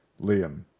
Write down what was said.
Liam